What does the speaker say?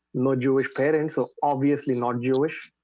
no jewish parent, so obviously not jewish